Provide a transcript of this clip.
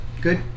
good